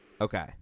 Okay